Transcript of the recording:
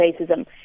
racism